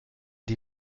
die